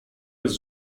jest